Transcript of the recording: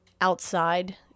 outside